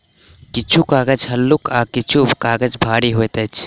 किछु कागज हल्लुक आ किछु काजग भारी होइत अछि